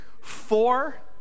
four